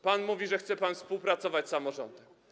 Pan mówi, że chce współpracować z samorządem.